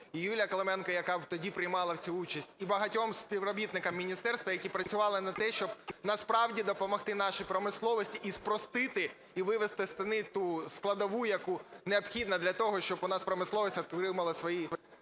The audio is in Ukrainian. і Юлії Клименко, яка тоді приймала в цьому участь, і багатьом співробітникам міністерства, які працювали на те, щоб насправді допомогти нашій промисловості і спростити, і вивести з тіні складову, яку необхідно для того, щоб у нас промисловість отримала свою